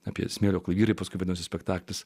apie smėlio klavyrai paskambinusi spektaklis